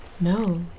No